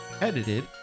Edited